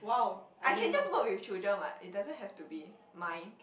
I can just work with children what it doesn't have to be mine